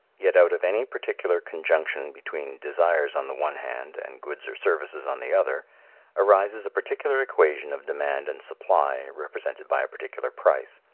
yet out of any particular conjunction between desires on the one hand and goods or services on the other arises a particular equation of demand and supply, represented by a particular price.